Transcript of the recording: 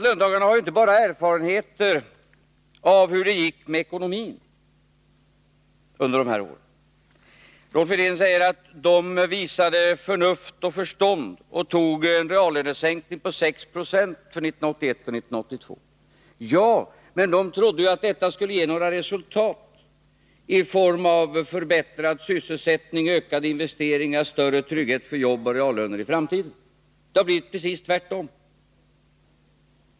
Löntagarna har inte bara erfarenheter av hur det gick med ekonomin under de här åren. Rolf Wirtén säger att de visade förnuft och förstånd och tog en reallönesänkning på 6 96 för 1981 och 1982. Ja, men de trodde ju att detta skulle ge några resultat i form av förbättrad sysselsättning, ökade investeringar, större trygghet för jobb och reallöner i framtiden. Det har blivit precis tvärtom.